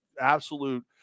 absolute